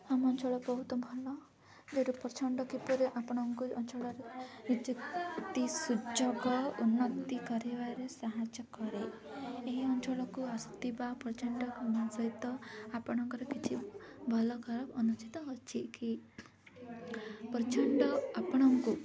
ଆମ ଅଞ୍ଚଳ ବହୁତ ଭଲ କିପରି ଆପଣଙ୍କୁ ଏ ଅଞ୍ଚଳରେ ନିଯୁକ୍ତି ସୁଯୋଗ ଉନ୍ନତି କରିବାରେ ସାହାଯ୍ୟ କରେ ଏହି ଅଞ୍ଚଳକୁ ଆସୁଥିବା ପ୍ରଚଣ୍ଡ ସହିତ ଆପଣଙ୍କର କିଛି ଭଲ ଖରାପ ଅନୁଚିତ ଅଛି କି ପ୍ରଚଣ୍ଡ ଆପଣଙ୍କୁ